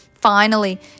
Finally